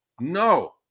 No